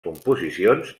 composicions